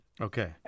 Okay